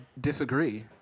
disagree